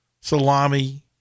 salami